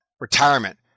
Retirement